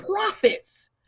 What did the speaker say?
profits